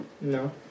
No